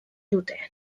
dute